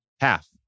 Half